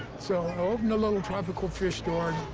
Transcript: so i opened a little tropical fish store.